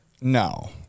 No